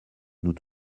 nous